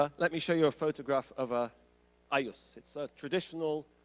ah let me show you a photograph of a ayllus. it's a traditional